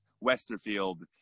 Westerfield